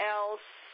else